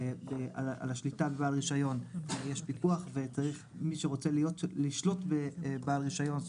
על שליטת בעל הרישיון יש פיקוח וצריך שמי שרוצה לשלוט בבעל הרישיון.